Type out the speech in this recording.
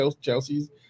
Chelsea's